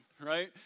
Right